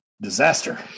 Disaster